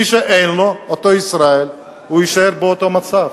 מי שאין לו, אותו ישראל, הוא יישאר באותו מצב.